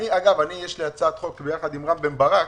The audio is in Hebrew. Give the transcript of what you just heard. אגב, יש לי הצעת חוק ביחד עם רם בן ברק,